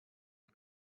you